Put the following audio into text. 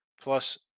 Plus